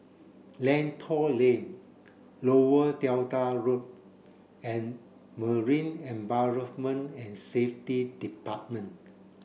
Lentor Lane Lower Delta Road and Marine Environment and Safety Department